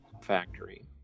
factory